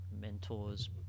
Mentors